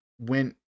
went